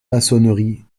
maçonnerie